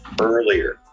earlier